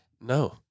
No